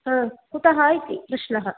कुतः इति प्रश्नः